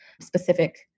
specific